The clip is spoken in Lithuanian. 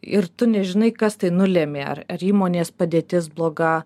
ir tu nežinai kas tai nulėmė ar įmonės padėtis bloga